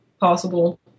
possible